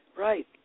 Right